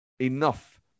enough